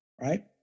right